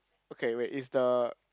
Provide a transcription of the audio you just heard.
okay wait is the